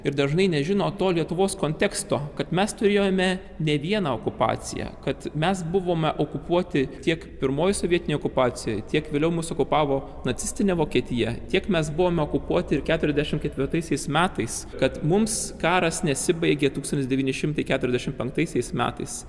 ir dažnai nežino to lietuvos konteksto kad mes turėjome ne vieną okupaciją kad mes buvome okupuoti tiek pirmoj sovietinėj okupacijoj tiek vėliau mus okupavo nacistinė vokietija tiek mes buvome okupuoti ir keturiasdešimt ketvirtaisiais metais kad mums karas nesibaigė tūkstantis devyni šimtai keturiasdešimt penktaisiais metais